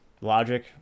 logic